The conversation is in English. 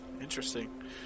Interesting